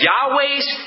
Yahweh's